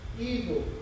evil